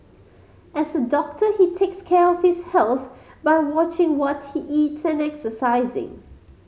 as a doctor he takes care of his health by watching what he eats and exercising